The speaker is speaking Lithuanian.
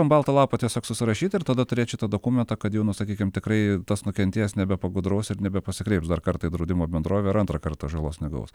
ant balto lapo tiesiog susirašyt ir tada turėt šitą dokumentą kad jau nu sakykim tikrai tas nukentėjęs nebepagudraus ir nebe pasikreips dar kartą į draudimo bendrovę ir antrą kartą žalos negaus